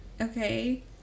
Okay